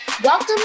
Welcome